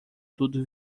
tudo